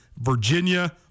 Virginia